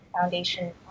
foundation